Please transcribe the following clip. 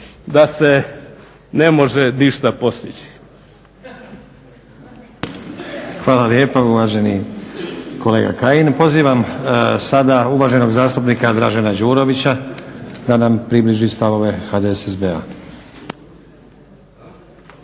da se ne može ništa postići. **Stazić, Nenad (SDP)** Hvala lijepa uvaženi kolega Kajin. Pozivam sada uvaženog zastupnika Dražena Đurovića da nam približi stavove HDSSB-a.